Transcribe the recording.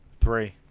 three